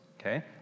okay